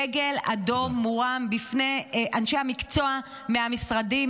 דגל אדום מורם בפני אנשי המקצוע מהמשרדים,